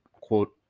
quote